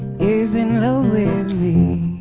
is in love with me.